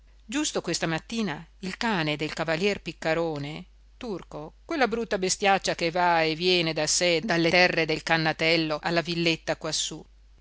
giusto questa mattina il cane del cavalier piccarone turco quella brutta bestiaccia che va e viene da sé dalle terre del cannatello alla villetta quassù